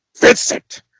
Vincent